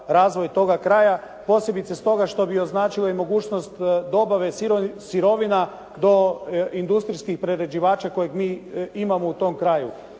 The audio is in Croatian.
razvoj toga kraja, posebice stoga što bi označilo i mogućnost dobave sirovina do industrijskih prerađivača kojeg mi imamo u tom kraju,